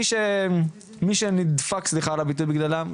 מי ש"נדפק" סליחה על הביטוי בגללם,